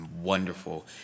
wonderful